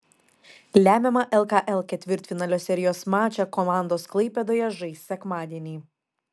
lemiamą lkl ketvirtfinalio serijos mačą komandos klaipėdoje žais sekmadienį